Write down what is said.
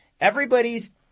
Everybody's